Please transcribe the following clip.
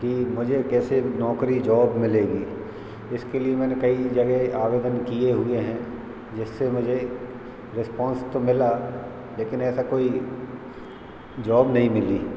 कि मुझे कैसे भी नौकरी जॉब मिलेगी इसके लिए मैंने कई जगह आवेदन किए हुए हैं जिससे मुझे रिस्पॉन्स तो मिला लेकिन ऐसा कोई जॉब नहीं मिली